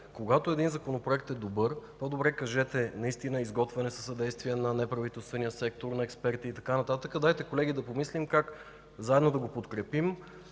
Когато един законопроект е добър, по-добре кажете, че той е изготвен със съдействие на неправителствения сектор, на експерти и така нататък и да помислим как заедно да го подкрепим